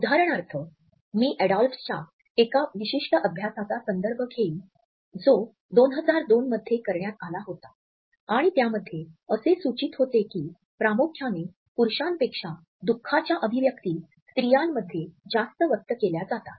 उदाहरणार्थ मी अॅडॉल्फ्सच्या एका विशिष्ट अभ्यासाचा संदर्भ घेईन जो २००२ मध्ये करण्यात आला होता आणि त्यामध्ये असे सूचित होते की प्रामुख्याने पुरुषांपेक्षा दुःखाच्या अभिव्यक्ति स्त्रियांमध्ये जास्त व्यक्त केल्या जातात